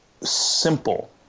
simple